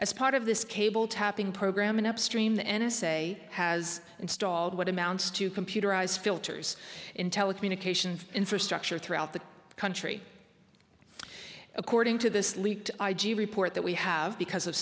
as part of this cable tapping program and upstream the n s a has installed what amounts to computerize filters in telecommunications infrastructure throughout the country according to this leaked i g report that we have because of